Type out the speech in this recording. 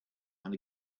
and